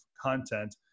content